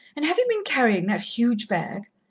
and have you been carrying that huge bag?